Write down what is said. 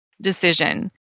decision